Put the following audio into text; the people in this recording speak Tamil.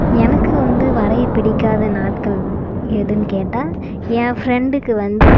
எனக்கு வந்து வரைய பிடிக்காத நாட்கள் எதுன்னு கேட்டா என் ஃப்ரெண்ட்டுக்கு வந்து